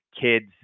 kids